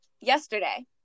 Yesterday